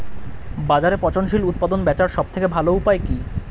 বাজারে পচনশীল উৎপাদন বেচার সবথেকে ভালো উপায় কি?